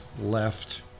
left